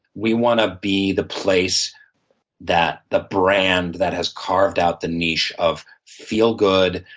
we want to be the place that the brand that has carved out the niche of feel good,